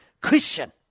Christian